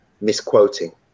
misquoting